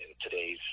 today's